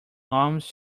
alms